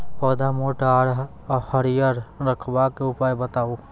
पौधा मोट आर हरियर रखबाक उपाय बताऊ?